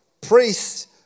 Priests